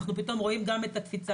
אנחנו פתאום רואים את הקפיצה.